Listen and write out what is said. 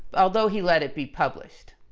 although he let it be published.